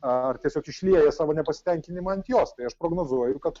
ar tiesiog išlieja savo nepasitenkinimą ant jos tai aš prognozuoju kad